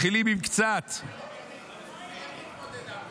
מתחילים עם קצת ------ איך התמודדה?